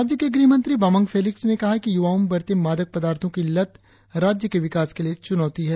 राज्य के गृह मंत्री बामांग फेलिक्स ने कहा है कि युवाओ में बढ़ते मादक पदार्थों की लत राज्य के विकास के लिए चुनौती है